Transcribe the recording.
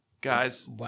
guys